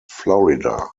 florida